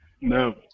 No